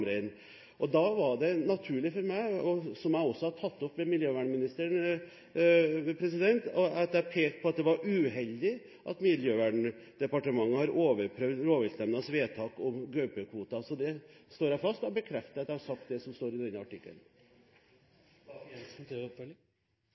Da var det naturlig for meg, som jeg også har tatt opp med miljøvernministeren, at jeg pekte på at det var uheldig at Miljøverndepartementet har overprøvd rovviltnemndas vedtak om gaupekvoten. Det står jeg fast ved, og jeg bekrefter at jeg har sagt det som står i den artikkelen.